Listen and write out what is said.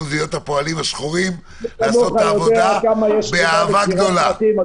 הוא להיות הפועלים השחורים ולעשות את העבודה באהבה גדולה.